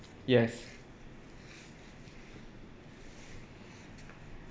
yes